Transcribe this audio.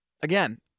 again